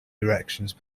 directions